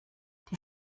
die